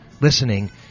listening